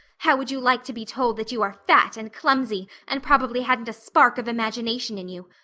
how would you like to be told that you are fat and clumsy and probably hadn't a spark of imagination in you?